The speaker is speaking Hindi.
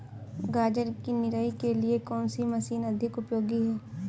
गाजर की निराई के लिए कौन सी मशीन अधिक उपयोगी है?